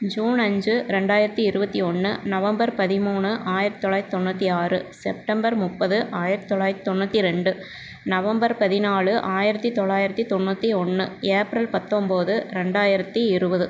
June அஞ்சு ரெண்டாயிரத்து இருபத்தி ஒன்று நவம்பர் பதிமூணு ஆயிரத்து தொள்ளாயிரத்து தொண்ணூற்றி ஆறு செப்டம்பர் முப்பது ஆயிரத்து தொள்ளாயிரத்து தொண்ணூற்றி ரெண்டு நவம்பர் பதினாலு ஆயிரத்து தொள்ளாயிரத்து தொண்ணூற்றி ஒன்று ஏப்ரல் பத்தொம்பது ரெண்டாயிரத்து இருபது